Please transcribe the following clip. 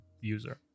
user